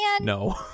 no